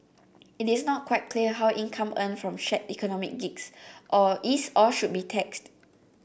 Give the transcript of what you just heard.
it is not quite clear how income earned from shared economy gigs or is or should be taxed